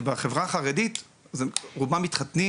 בחברה החרדית מה שקורה זה שרובם מתחתנים